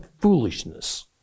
foolishness